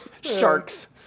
sharks